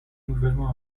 nouvellement